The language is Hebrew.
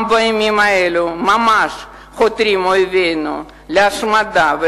גם בימים אלה ממש חותרים אויבינו להשמדה,